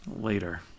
Later